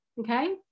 okay